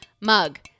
mug